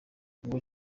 ubwo